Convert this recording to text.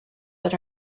that